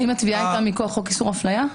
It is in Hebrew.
האם התביעה היתה מכוח איסור אפליה?